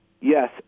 Yes